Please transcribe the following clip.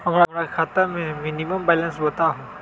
हमरा खाता में मिनिमम बैलेंस बताहु?